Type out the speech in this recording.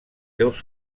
seus